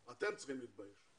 נהגי אגד וכו'.